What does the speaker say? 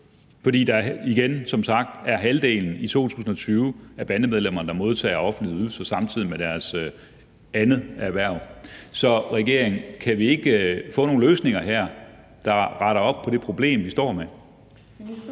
som sagt igen halvdelen af bandemedlemmerne, der modtog offentlige ydelser, samtidig med de havde deres andet erhverv. Så regering, kan vi ikke få nogle løsninger her, der retter op på det problem, vi står med?